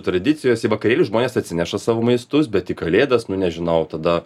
tradicijos į vakarėlį žmonės atsineša savo maistus bet į kalėdas nu nežinau tada